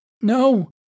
No